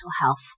health